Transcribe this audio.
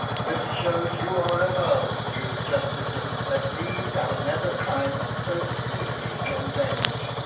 this shows you are above, you justicers, that these our nether crimes so speedily can venge!